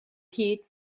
hyd